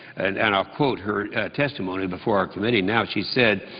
and and i'll quote her testimony before our committee now. she said,